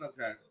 okay